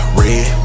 red